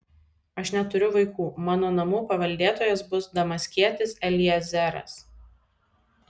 aš neturiu vaikų mano namų paveldėtojas bus damaskietis eliezeras